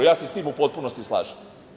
Ja se sa tim u potpunosti slažem.